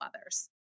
others